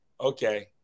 Okay